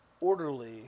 orderly